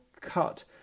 cut